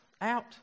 out